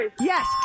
Yes